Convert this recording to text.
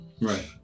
Right